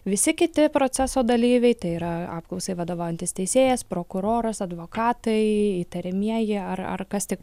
visi kiti proceso dalyviai tai yra apklausai vadovaujantis teisėjas prokuroras advokatai įtariamieji ar ar kas tik